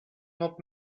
not